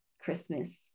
Christmas